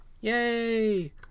Yay